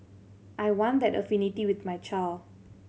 I want that affinity with my child